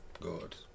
Good